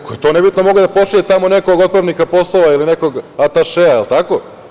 Ako je to nebitno, mogao je da pošalje tamo nekog otpravnika poslova ili nekog atašea, je li tako?